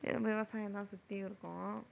வெறும் விவசாயம் தான் சுற்றியும் இருக்கும்